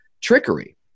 trickery